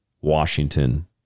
Washington